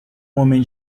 homem